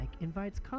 invites